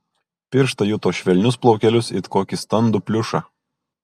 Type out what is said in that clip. pirštai juto švelnius plaukelius it kokį standų pliušą